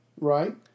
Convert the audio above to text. Right